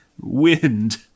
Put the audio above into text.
wind